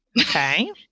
Okay